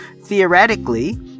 theoretically